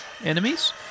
enemies